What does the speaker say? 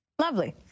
Lovely